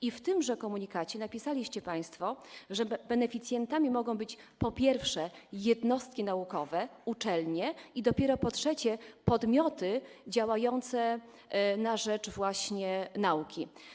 I w tymże komunikacie napisaliście państwo, że beneficjentami mogą być po pierwsze jednostki naukowe, po drugie uczelnie i dopiero po trzecie podmioty działające na rzecz nauki.